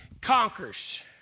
conquers